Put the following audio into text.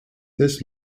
this